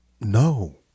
No